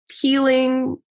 healing